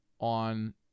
on